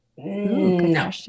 No